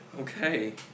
okay